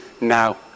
now